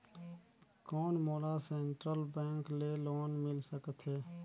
कौन मोला central bank ले लोन मिल सकथे?